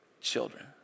children